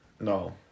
No